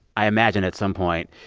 i imagine, at some point,